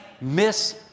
miss